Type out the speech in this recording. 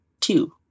two